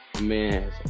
man